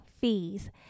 fees